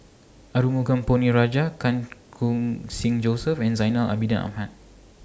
Arumugam Ponnu Rajah Chan Khun Sing Joseph and Zainal Abidin Ahmad